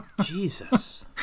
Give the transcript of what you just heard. Jesus